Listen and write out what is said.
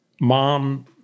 mom